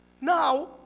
Now